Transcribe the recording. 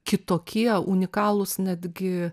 kitokie unikalūs netgi